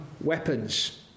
weapons